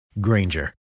Granger